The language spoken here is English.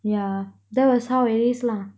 yeah that was how it is lah